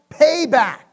Payback